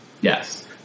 yes